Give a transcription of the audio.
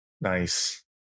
Nice